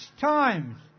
times